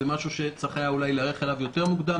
זה משהו שצריך היה אולי להיערך אליו מוקדם יותר,